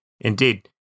indeed